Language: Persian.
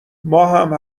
ماهم